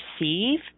receive